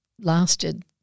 lasted